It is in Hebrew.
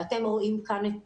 אתם רואים כאן את